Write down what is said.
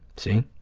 see?